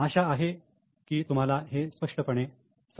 आशा आहे की तुम्हाला हे स्पष्टपणे समजले असेल